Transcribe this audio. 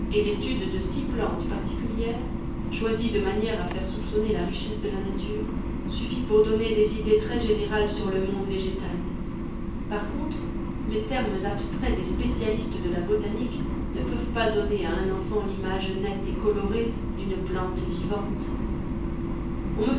et l'étude de six plantes particulières choisies de manière à faire soupçonner la richesse de la nature suffit pour donner des idées très générales sur le monde végétal par contre les termes abstraits des spécialistes de la botanique ne peuvent pas donner à un enfant l'image nette et colorée d'une plante vivante